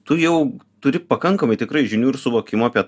tu jau turi pakankamai tikrai žinių ir suvokimo apie